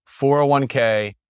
401k